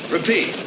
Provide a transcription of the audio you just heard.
Repeat